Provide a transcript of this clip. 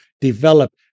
develop